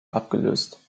abgelöst